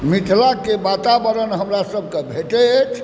मिथिलाक वातावरण हमरा सभकेँ भेटै अछि